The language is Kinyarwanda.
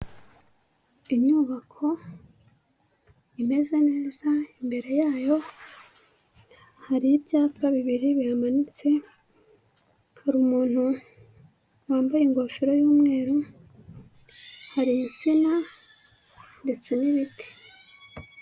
Inyubako imeze neza imbere yayo hari ibyapa bibiri bihamanitse, hari umuntu wambaye ingofero y'umweru, hari insina ndetse n'ibiti.